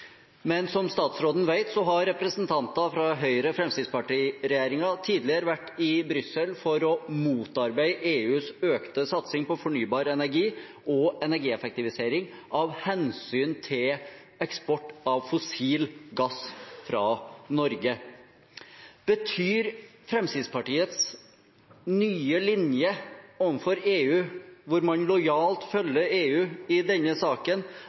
Men som statsråden vet, har representanter fra Høyre–Fremskrittsparti-regjeringen tidligere vært i Brussel for å motarbeide EUs økte satsing på fornybar energi og energieffektivisering, av hensyn til eksport av fossil gass fra Norge. Betyr Fremskrittspartiets nye linje overfor EU, hvor man lojalt følger EU i denne saken,